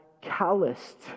calloused